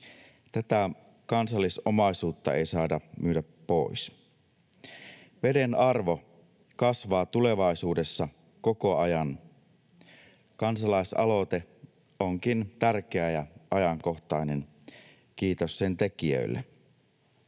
Tätä kansallisomaisuutta ei saada myydä pois. Veden arvo kasvaa tulevaisuudessa koko ajan. Kansalaisaloite onkin tärkeä ja ajankohtainen. Kiitos sen tekijöille.